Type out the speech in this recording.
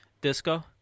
Disco